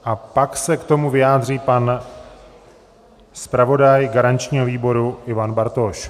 A pak se k tomu vyjádří pan zpravodaj garančního výboru Ivan Bartoš.